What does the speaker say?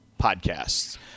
podcasts